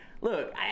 look